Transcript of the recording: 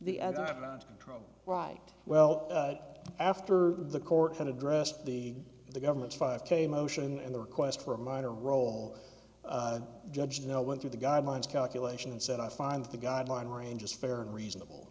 control right well after the court had addressed the the government's five k motion and the request for a minor role judged no went through the guidelines calculation and said i find that the guideline range is fair and reasonable